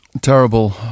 terrible